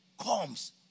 comes